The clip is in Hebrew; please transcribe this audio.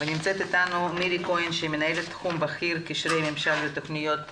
נמצאת איתנו מירי כהן שהיא מנהלת תחום בכיר קשרי ממשל ותכניות לאומיות.